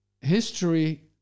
history